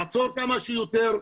לעצור כמה שיותר,